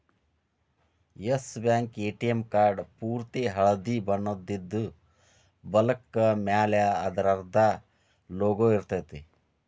S Bank ATM card ಪೂರ್ತಿ ಹಳ್ದಿ ಬಣ್ಣದಿದ್ದು, ಬಲಕ್ಕ ಮ್ಯಾಲೆ ಅದರ್ದ್ ಲೊಗೊ ಇರ್ತೆತಿ